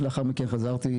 ולאחר מכן חזרתי,